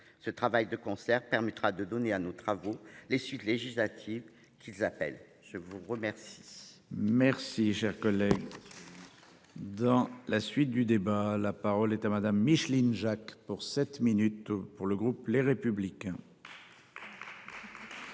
ce travail de concert permettra de donner à nos travaux les législatives qu'ils appellent, je vous remercie. Merci cher collègue. Dans la suite du débat. La parole est à Madame Micheline Jacques pour 7 minutes pour le groupe Les Républicains.